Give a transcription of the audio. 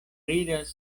ridas